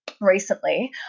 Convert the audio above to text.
Recently